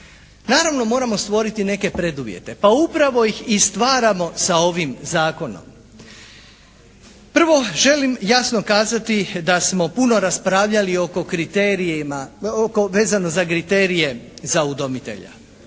Naravno, moramo stvoriti neke preduvjete, pa upravo ih i stvaramo sa ovim zakonom. Prvo želim jasno kazati da smo puno raspravljali o kriterijima, vezano za kriterije za udomitelja.